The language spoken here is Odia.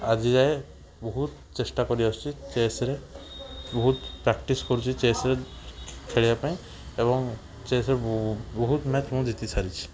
ଆଜିଯାଏଁ ବହୁତ ଚେଷ୍ଟା କରିଆସୁଛି ଚେସ୍ରେ ବହୁତ ପ୍ରାକ୍ଟିସ୍ କରୁଛି ଚେସ୍ରେ ଖେଳିବା ପାଇଁ ଏବଂ ଚେସ୍ରେ ବହୁତ ମ୍ୟାଚ୍ ମୁଁ ଜିତିସାରିଛି